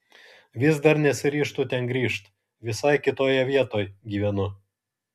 vis dar nesiryžtu ten grįžt visai kitoje vietoj gyvenu